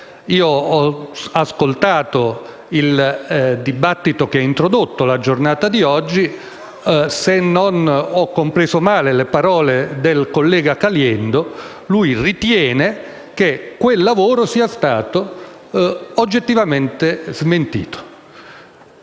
Io ho ascoltato il dibattito che ha introdotto la giornata di oggi; se non ho compreso male le parole del collega Caliendo, lui ritiene che quel lavoro sia stato oggettivamente smentito.